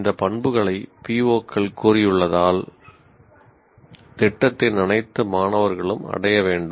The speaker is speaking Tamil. இந்த பண்புகளை PO க்கள் கூறியுள்ளதால் திட்டத்தின் அனைத்து மாணவர்களும் அடைய வேண்டும்